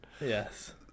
Yes